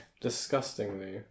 Disgustingly